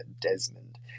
Desmond